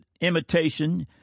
imitation